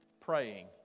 praying